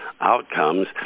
outcomes